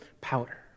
powder